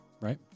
Right